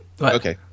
Okay